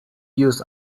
used